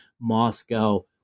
Moscow